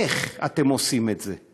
איך אתם עושים את זה?